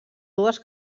dues